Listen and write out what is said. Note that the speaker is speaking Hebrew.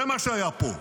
זה מה שהיה פה.